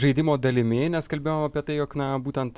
žaidimo dalimi nes kalbėjom apie tai jog na būtent